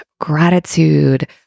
gratitude